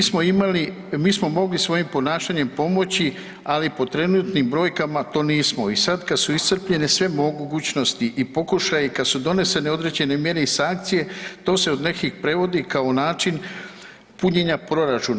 Mi smo imali, mi smo mogli svojim ponašanjem pomoći, ali po trenutnim brojkama to nismo i sad kad su iscrpljene sve mogućnosti i pokušaji, kad su donesene određene mjere i sankcije to se od nekih prevodi kao način punjenja proračuna.